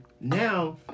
now